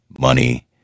money